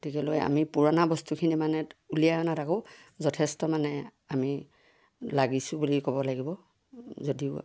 গতিকেলৈ আমি পুৰণা বস্তুখিনি মানে উলিয়াই অনাত আকৌ যথেষ্ট মানে আমি লাগিছোঁ বুলি ক'ব লাগিব যদিও